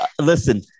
listen